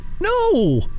No